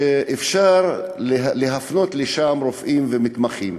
כדי שאפשר יהיה להפנות לשם רופאים ומתמחים.